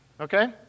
Okay